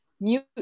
mute